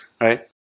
right